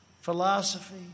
philosophy